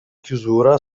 chiusura